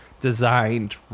designed